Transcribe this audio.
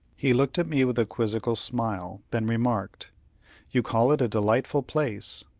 he looked at me with a quizzical smile, then remarked you call it a delightful place!